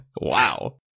Wow